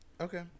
Okay